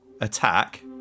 Attack